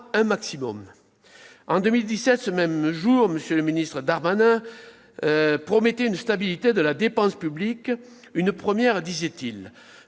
un maximum. En 2017, ce même jour, le ministre Darmanin promettait une stabilité de la dépense publique- une première, selon